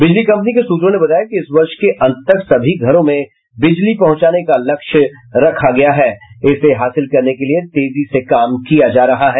बिजली कंपनी के सूत्रों ने बताया कि इस वर्ष के अंत तक सभी घरों में बिजली पहुंचाने का लक्ष्य रखा गया है इसे हासिल करने के लिए तेजी से काम किया जा रहा है